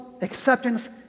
acceptance